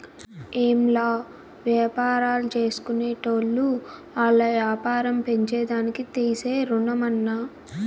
ఏంలా, వ్యాపారాల్జేసుకునేటోళ్లు ఆల్ల యాపారం పెంచేదానికి తీసే రుణమన్నా